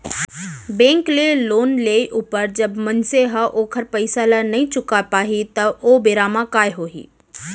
bank ले loan लेय ऊपर जब मनसे ह ओखर पइसा ल नइ चुका पाही त ओ बेरा म काय होही